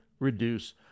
reduce